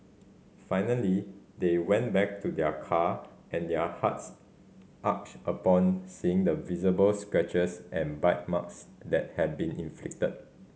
finally they went back to their car and their hearts arch upon seeing the visible scratches and bite marks that had been inflicted